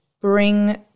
bring